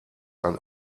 ein